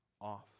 off